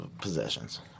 possessions